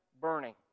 burning